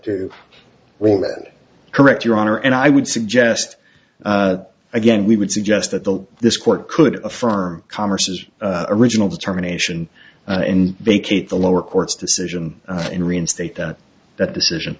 it correct your honor and i would suggest again we would suggest that the this court could affirm converses original determination and they keep the lower court's decision in reinstate that that decision